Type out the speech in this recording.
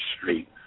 Street